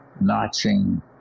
notching